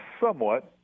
Somewhat